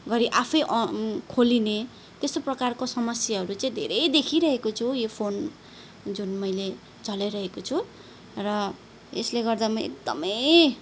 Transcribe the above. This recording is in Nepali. घरी आफैँ अ खोलिने त्यस्तो प्रकारको समस्याहरू चाहिँ धेरै देखिरहेको छु यो फोन जुन मैले चलाइरहेको छु र यसले गर्दा म एकदमै